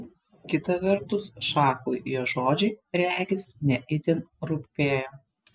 kita vertus šachui jo žodžiai regis ne itin rūpėjo